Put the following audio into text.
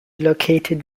located